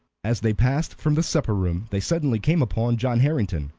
as they passed from the supper-room they suddenly came upon john harrington,